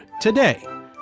today